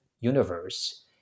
universe